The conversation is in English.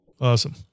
awesome